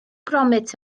gromit